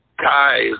guys